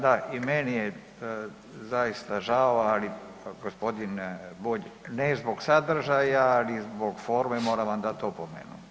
Da i meni je zaista žao, ali gospodin Bulj ne zbog sadržaja, ali zbog forme moram vam dati opomenu.